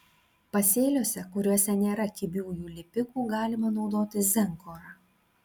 pasėliuose kuriuose nėra kibiųjų lipikų galima naudoti zenkorą